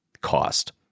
cost